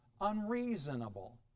unreasonable